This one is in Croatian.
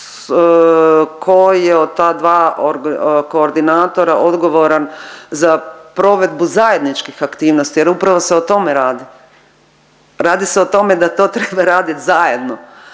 tko je od ta dva koordinatora odgovoran za provedbu zajedničkih aktivnosti, jer upravo se o tome radi. Radi se o tome da to treba raditi zajedno,